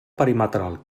perimetral